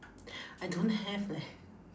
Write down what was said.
I don't have leh